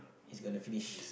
is gonna finish